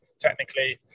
Technically